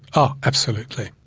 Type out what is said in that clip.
oh, absolutely.